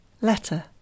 Letter